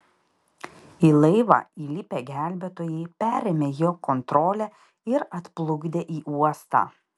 į laivą įlipę gelbėtojai perėmė jo kontrolę ir atplukdė į uostą